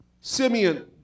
Simeon